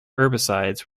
herbicides